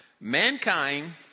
Mankind